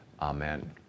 Amen